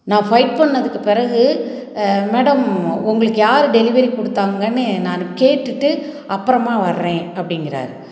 நான் ஃபைட் பண்ணிணதுக்கு பிறகு மேடம் உங்களுக்கு யார் டெலிவரி கொடுத்தாங்கன்னு நான் கேட்டுவிட்டு அப்புறமா வர்றேன் அப்படிங்கிறாரு